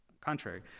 Contrary